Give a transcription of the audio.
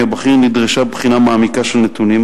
הבכיר נדרשה בחינה מעמיקה של נתונים.